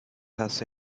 has